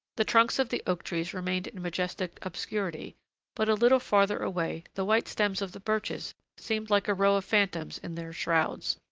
the trunks of the oak-trees remained in majestic obscurity but, a little farther away, the white stems of the birches seemed like a row of phantoms in their shrouds.